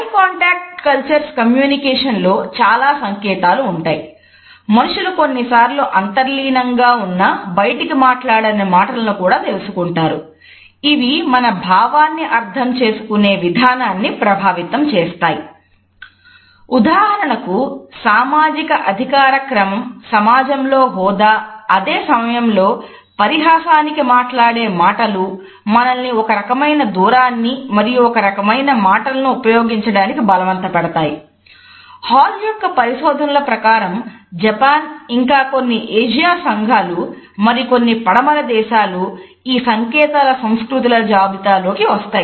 high context cultures communication ఈ సంకేతాల సంస్కృతుల జాబితాలోకి వస్తాయి